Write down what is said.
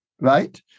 right